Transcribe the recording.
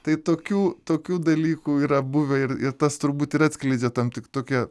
tai tokių tokių dalykų yra buvę ir ir tas turbūt ir atskleidžia tam tik tokią